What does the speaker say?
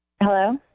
Hello